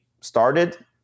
started